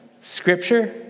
scripture